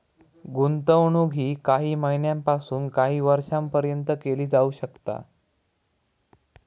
गुंतवणूक ही काही महिन्यापासून काही वर्षापर्यंत केली जाऊ शकता